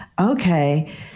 Okay